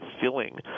filling